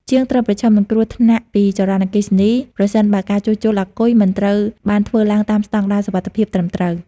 ជាងត្រូវប្រឈមនឹងគ្រោះថ្នាក់ពីចរន្តអគ្គិសនី ប្រសិនបើការជួសជុលអាគុយមិនត្រូវបានធ្វើឡើងតាមស្តង់ដារសុវត្ថិភាពត្រឹមត្រូវ។